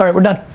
um we're done.